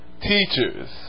teachers